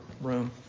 room